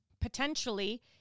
Potentially